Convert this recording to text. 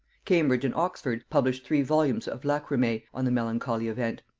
cambridge and oxford published three volumes of lachrymae on the melancholy event.